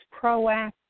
proactive